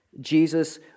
Jesus